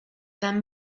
than